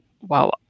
wow